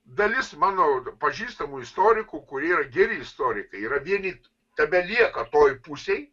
dalis mano pažįstamų istorikų kurie yra geri istorikai yra vieni tebelieka toj pusėj